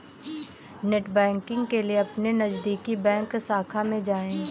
net banking के लिए अपने नजदीकी बैंक शाखा में जाए